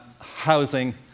housing